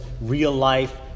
real-life